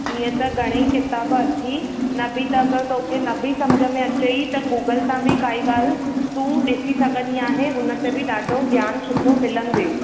ईअं त घणे ई किताब अथई न बि त अगरि तोखे न बि सम्झ में अचई त गूगल तां बि काई ॻाल्हि तूं ॾिसी सघंदी आहीं उन ते बि ॾाढो ज्ञान सुठो मिलंदई